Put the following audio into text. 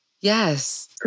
yes